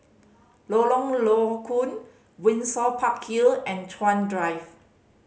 Lorong Low Koon Windsor Park Hill and Chuan Drive